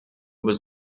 was